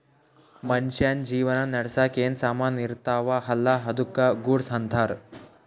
ಮನ್ಶ್ಯಾಗ್ ಜೀವನ ನಡ್ಸಾಕ್ ಏನ್ ಸಾಮಾನ್ ಇರ್ತಾವ ಅಲ್ಲಾ ಅದ್ದುಕ ಗೂಡ್ಸ್ ಅಂತಾರ್